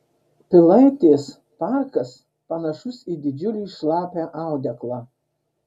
pilaitės parkas panašus į didžiulį šlapią audeklą